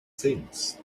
things